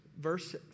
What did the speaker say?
Verse